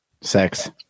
Sex